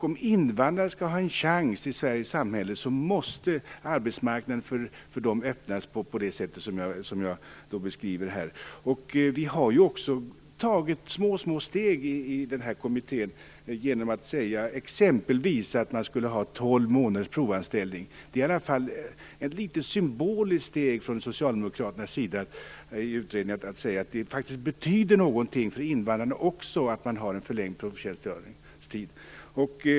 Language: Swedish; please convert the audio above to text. Om invandrarna skall ha en chans i Sverige, måste arbetsmarknaden för dem öppnas på det sätt som jag beskriver här. Vi har ju också tagit små, små steg i kommittén genom att exempelvis säga att vi skall ha tolv månaders provanställning. Det är i alla fall ett litet symboliskt steg från Socialdemokraternas sida att i utredningen säga att det faktiskt betyder något för invandrarna att man har en förlängd provtjänstgöringstid.